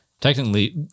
technically